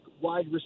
wide